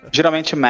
Geralmente